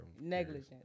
Negligence